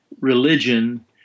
religion